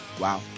Wow